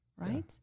Right